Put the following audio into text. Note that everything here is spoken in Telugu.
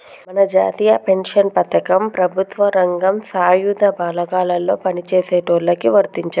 మన జాతీయ పెన్షన్ పథకం ప్రభుత్వ రంగం సాయుధ బలగాల్లో పని చేసేటోళ్ళకి వర్తించదు